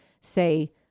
say